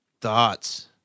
Thoughts